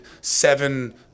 seven